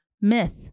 Myth